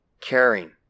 Caring